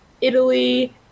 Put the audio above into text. Italy